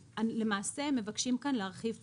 למעשה, מבקשים כאן להרחיב פטור,